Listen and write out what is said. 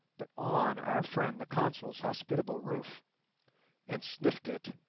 but on our friend the consul's hospitable roof and sniffed it,